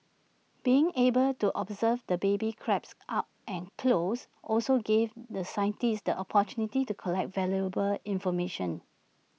being able to observe the baby crabs up and close also gave the scientists the opportunity to collect valuable information